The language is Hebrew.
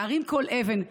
להרים כל אבן.